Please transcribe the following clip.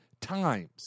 times